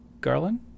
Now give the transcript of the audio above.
Garland